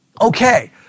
okay